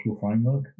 framework